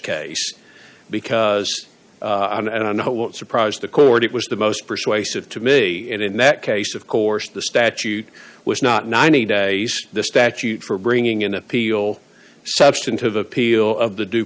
case because i don't know what surprised the court it was the most persuasive to me and in that case of course the statute was not ninety days the statute for bringing in appeal substantive appeal of the due